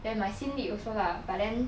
then my seen lit also lah but then